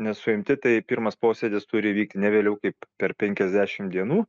nesuimti tai pirmas posėdis turi vykti ne vėliau kaip per penkiasdešim dienų